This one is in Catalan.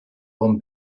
bon